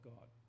God